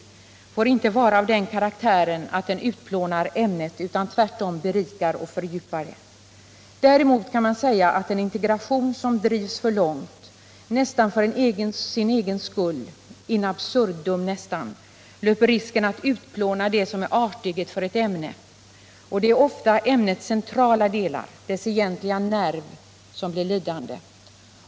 Men den får inte vara av den karaktären att den utplånar ämnet utan skall tvärtom berika och fördjupa det. En integration som drivs för långt, nästan in absurdum, för sin egen skull löper risk att utplåna det som är arteget för ett ämne. Det är ofta ämnets centrala delar, dess egentliga nerv, som blir lidande.